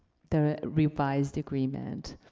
the revised agreement.